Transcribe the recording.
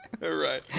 Right